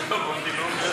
טלב אבו עראר,